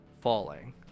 falling